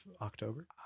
october